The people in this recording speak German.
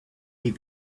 die